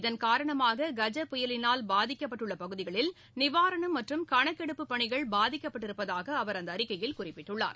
இதன் காரணமாக கஜ புயலினால் பாதிக்கப்பட்டுள்ள பகுதிகளில் நிவாரணம் மற்றும் கணக்கெடுப்புப் பணிகள் பாதிக்கப்பட்டிருப்பதாக அவர் அந்த அறிக்கையில் குறிப்பிட்டுள்ளார்